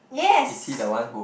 yes